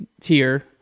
tier